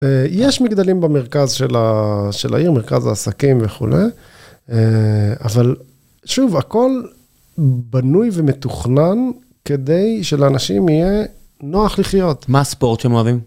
יש מגדלים במרכז של העיר, מרכז העסקים וכו'. אבל שוב, הכל בנוי ומתוכנן, כדי שלאנשים יהיה נוח לחיות. מה הספורט שהם אוהבים?